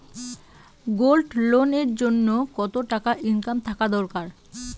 Gold loan এর জইন্যে কতো টাকা ইনকাম থাকা দরকার?